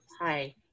Hi